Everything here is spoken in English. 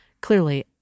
clearly